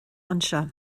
anseo